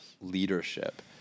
leadership